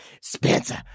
Spencer